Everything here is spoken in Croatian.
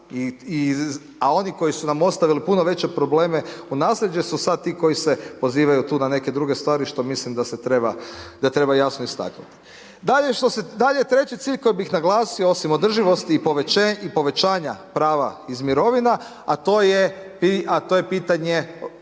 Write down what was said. a oni koji su nam ostavili puno veće probleme u nasljeđe su sad ti koji se pozivaju tu na neke druge stvari što mislim da treba jasno istaknuti. Dalje treći cilj koji bih naglasio, osim održivosti i povećanja prava iz mirovina, a to je pitanje